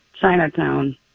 Chinatown